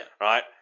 right